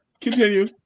Continue